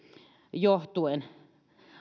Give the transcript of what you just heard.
johtuen